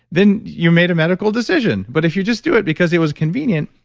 then you made a medical decision. but if you just do it because it was convenient,